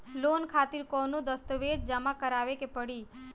Loan खातिर कौनो दस्तावेज जमा करावे के पड़ी?